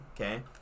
okay